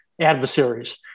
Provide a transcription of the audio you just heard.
adversaries